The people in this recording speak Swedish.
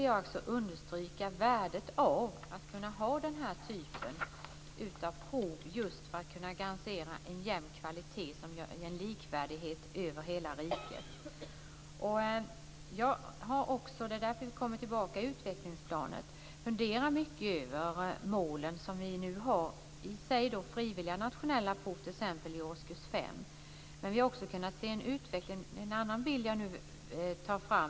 Jag vill understryka värdet av att ha den här typen av prov just för att kunna garantera en jämn kvalitet som ger en likvärdighet över hela riket. Jag har också - och därför kommer vi tillbaka till utvecklingsplanen - funderat mycket över målen som vi nu har. Det är i och för sig frivilliga nationella prov t.ex. i årskurs 5. Men vi har också kunnat se en annan bild som jag nu tar fram.